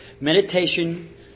Meditation